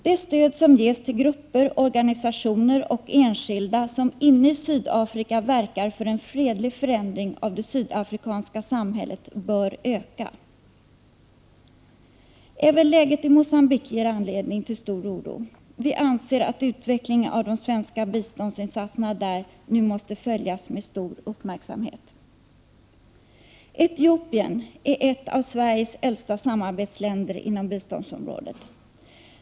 Det stöd som ges till grupper, organisationer och enskilda som inne i Sydafrika verkar för en fredlig förändring av det sydafrikanska samhället bör öka. Även läget i Mogambique ger anledning till stor oro. Vi anser att utvecklingen av de svenska biståndsinsatserna nu måste följas med stor uppmärksamhet där. Etiopien är ett av Sveriges äldsta samarbetsländer inom biståndsområdet.